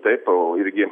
taip o irgi